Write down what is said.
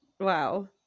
Wow